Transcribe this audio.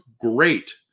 great